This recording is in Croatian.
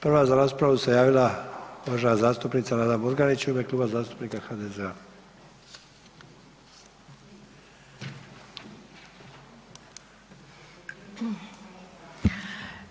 Prva za raspravu se javila uvažena zastupnica Nada Murganić u ime Kluba zastupnika HDZ-a.